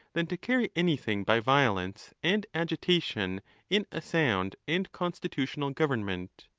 than to carry anything by violence and agitation in a sound and constitutional government.